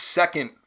second